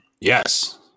Yes